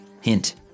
Hint